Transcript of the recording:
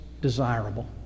desirable